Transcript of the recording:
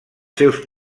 seus